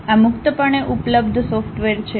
આ મુક્તપણે ઉપલબ્ધ સોફ્ટવેર છે